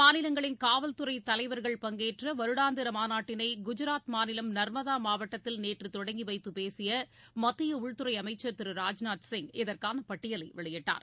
மாநிலங்களின் காவல்துறை தலைவர்கள் பங்கேற்ற வருடாந்திர மாநாட்டினை குஜாத் மாநிலம் நர்மதா மாவட்டத்தில் நேற்று தொடங்கி வைத்து பேசிய மத்திய உள்துறை அமைச்சர் திரு ராஜ்நாத் சிங் இதற்கான பட்டயலை வெளியிட்டார்